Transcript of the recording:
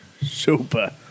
Super